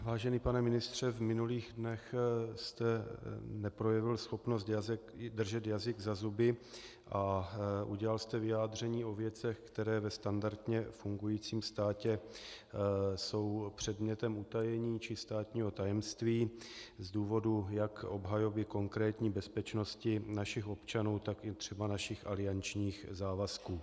Vážený pane ministře, v minulých dnech jste neprojevil schopnost držet jazyk za zuby a udělal jste vyjádření o věcech, které ve standardně fungujícím státě jsou předmětem utajení či státního tajemství z důvodu jak obhajoby konkrétní bezpečnosti našich občanů, tak i třeba našich aliančních závazků.